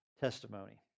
testimony